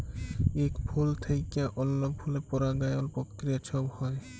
ইক ফুল থ্যাইকে অল্য ফুলে পরাগায়ল পক্রিয়া ছব হ্যয়